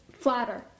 Flatter